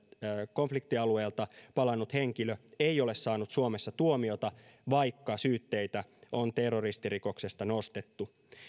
konfliktialueelta palannut henkilö ei ole saanut suomessa tuomiota vaikka syytteitä on terroristirikoksesta nostettu